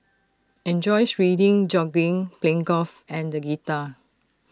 enjoys reading jogging playing golf and the guitar